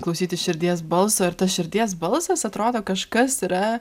klausytis širdies balso ir tas širdies balsas atrodo kažkas yra